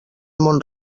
mont